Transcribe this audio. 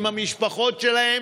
עם המשפחות שלהם,